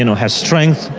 and has strength,